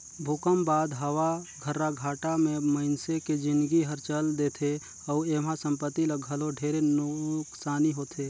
भूकंप बाद हवा गर्राघाटा मे मइनसे के जिनगी हर चल देथे अउ एम्हा संपति ल घलो ढेरे नुकसानी होथे